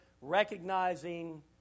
recognizing